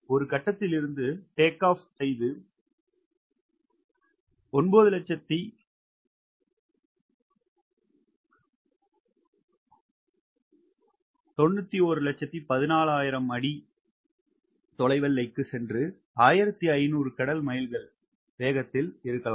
ஒரு கட்டத்தில் இருந்து டேக் ஆப் செய்து 9114000 அடி தொலைவெல்லைக்கு சென்று 1500 கடல் மைல்கள் வேகத்தில் இருக்கலாம்